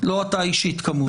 לא אתה אישית כמובן,